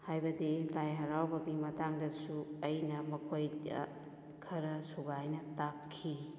ꯍꯥꯏꯕꯗꯤ ꯂꯥꯏ ꯍꯔꯥꯎꯕꯒꯤ ꯃꯇꯥꯡꯗꯁꯨ ꯑꯩꯅ ꯃꯈꯣꯏꯗ ꯈꯔ ꯁꯨꯒꯥꯏꯅ ꯇꯥꯛꯈꯤ